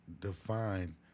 define